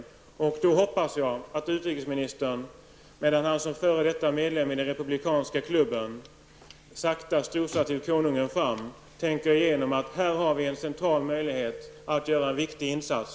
Jag hoppas att utrikesministern, medan han som f.d. medlem i republikanska klubben sakta strosar till Konungen fram, tänker igenom att här har vi en central möjlighet att göra en viktig insats.